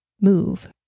Move